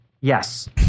Yes